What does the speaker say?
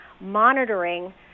monitoring